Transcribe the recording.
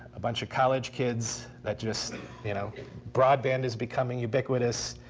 a bunch of college kids that just you know broadband is becoming ubiquitous.